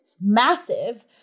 massive